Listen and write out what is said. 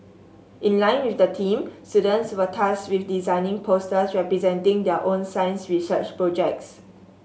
in line with the theme students were tasked with designing posters representing their own science research projects